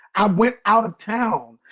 i went out of town.